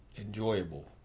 Enjoyable